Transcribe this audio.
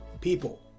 people